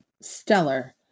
Stellar